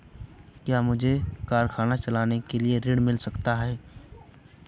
क्या मुझे कारखाना चलाने के लिए ऋण मिल सकता है?